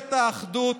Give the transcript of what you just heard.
ממשלת האחדות,